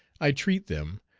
i treat them,